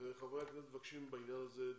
וחברי הכנסת מבקשים בעניין הזה דיון.